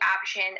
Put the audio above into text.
option